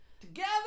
Together